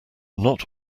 not